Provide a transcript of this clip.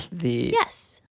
Yes